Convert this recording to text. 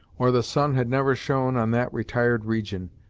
or the sun had never shone on that retired region,